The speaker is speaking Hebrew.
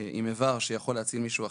עם איבר שיכול להציל מישהו אחר.